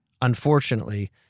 unfortunately